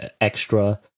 extra